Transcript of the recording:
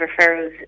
referrals